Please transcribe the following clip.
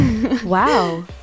wow